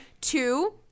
Two